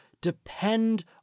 depend